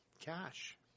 cash